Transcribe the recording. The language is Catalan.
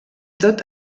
tot